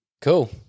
cool